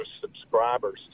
subscribers